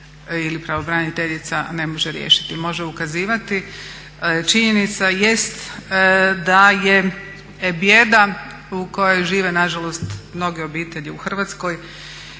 ili pravobraniteljica ne može riješiti, može ukazivati. Činjenica jest da je bijeda u kojoj žive nažalost mnoge obitelji u Hrvatskoj